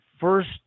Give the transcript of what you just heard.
first